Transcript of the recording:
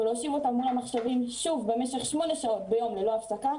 ולהושיב אותם מול המחשבים שוב במשך שמונה שעות ביום ללא הפסקה,